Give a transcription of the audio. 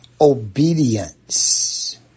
Obedience